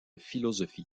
philosophie